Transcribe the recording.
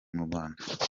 rwanda